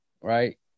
right